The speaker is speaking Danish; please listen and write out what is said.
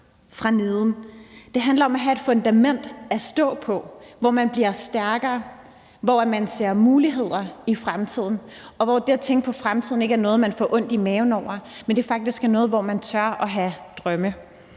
fra neden. Det handler om at have et fundament at stå på, hvor man bliver stærkere, hvor man ser muligheder i fremtiden, og hvor det at tænke på fremtiden ikke er noget, man får ondt i maven over, men faktisk er noget, hvor man tør at have drømme.